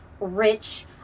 rich